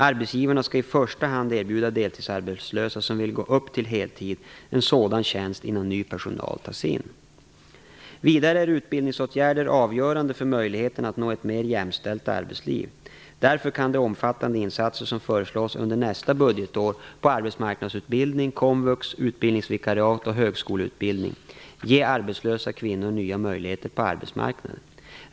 Arbetsgivarna skall i första hand erbjuda deltidsarbetslösa som vill gå upp till heltid en sådan tjänst innan ny personal tas in. Vidare är utbildningsåtgärder avgörande för möjligheterna att nå ett mer jämställt arbetsliv. Därför kan de omfattande insatser som föreslås under nästa budgetår på arbetsmarknadsutbildning, komvux, utbildningsvikariat och högskoleutbildning ge arbetslösa kvinnor nya möjligheter på arbetsmarknaden.